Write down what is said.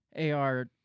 AR